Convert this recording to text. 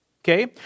Okay